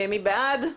מי בעד?